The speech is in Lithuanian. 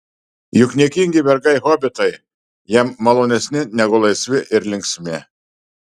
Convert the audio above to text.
juk niekingi vergai hobitai jam malonesni negu laisvi ir linksmi